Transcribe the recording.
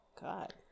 God